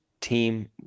team